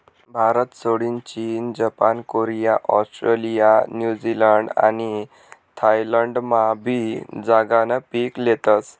भारतसोडीन चीन, Japan, Korea, Australia, New Zealand आणि थायलंडमाबी गांजानं पीक लेतस